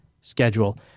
schedule